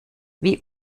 wie